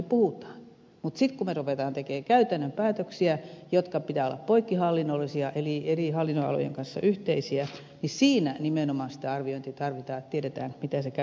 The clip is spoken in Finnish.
mutta sitten kun me rupeamme tekemään käytännön päätöksiä joiden pitää olla poikkihallinnollisia eli eri hallinnonalojen kanssa yhteisiä niin siinä nimenomaan sitä arviointia tarvitaan että tiedetään mitä se käytännössä merkitsee